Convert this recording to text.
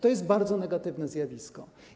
To jest bardzo negatywne zjawisko.